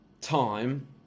time